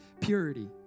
purity